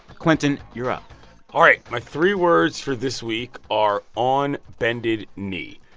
clinton, you're up all right. my three words for this week are on bended knee.